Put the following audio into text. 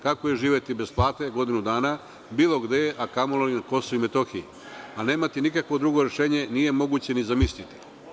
Kako je živeti bez plate godinu dana bilo gde, a kamo li na KiM, a nemati nikakvo drugo rešenje, nije moguće ni zamisliti.